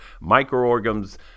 microorganisms